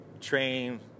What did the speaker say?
train